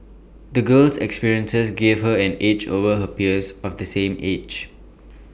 the girl's experiences gave her an edge over her peers of the same age